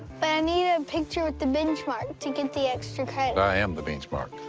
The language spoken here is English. but i need a picture with the benchmark to get the extra credit. i am the benchmark.